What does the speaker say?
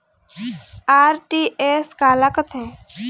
RTGS काला कथें?